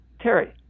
Terry